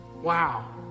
Wow